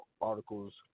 articles